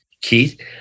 Keith